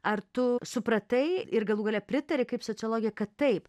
ar tu supratai ir galų gale pritari kaip sociologė kad taip